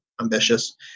ambitious